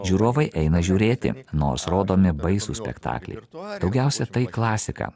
žiūrovai eina žiūrėti nors rodomi baisūs spektakliai daugiausia tai klasika